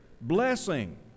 blessing